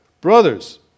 Brothers